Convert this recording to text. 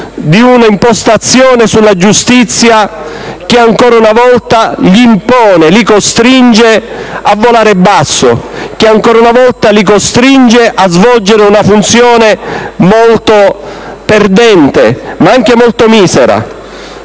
di un'impostazione sulla giustizia che ancora una volta le impone di volare basso, che ancora una volta la costringe a svolgere una funzione molto perdente, ma anche molto misera